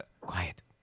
Quiet